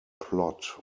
plot